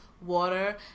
water